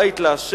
בית לה'.